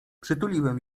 przytuliłem